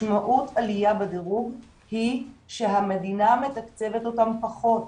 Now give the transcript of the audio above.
משמעות עלייה בדירוג היא שהמדינה מתקצבת אותן פחות,